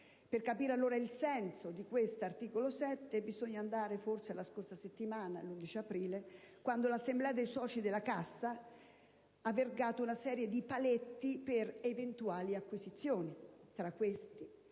Per capire allora il senso di questo articolo 7 bisogna andare forse alla scorsa settimana, all'11 aprile, quando l'assemblea dei soci della Cassa ha stabilito una serie di paletti per eventuali acquisizioni: